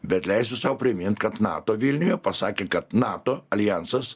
bet leisiu sau primint kad nato vilniuje pasakė kad nato aljansas